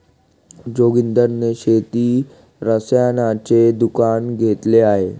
जोगिंदर ने शेती रसायनाचे दुकान घेतले आहे